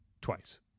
Twice